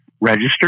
registered